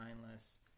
mindless